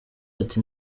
ati